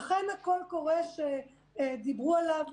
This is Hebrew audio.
אכן, הקול קורא שדיבר עליו